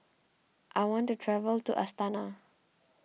I want to travel to Astana